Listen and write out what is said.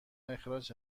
اخراج